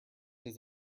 his